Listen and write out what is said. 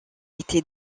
été